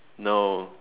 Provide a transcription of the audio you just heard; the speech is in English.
no